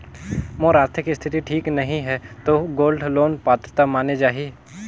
मोर आरथिक स्थिति ठीक नहीं है तो गोल्ड लोन पात्रता माने जाहि?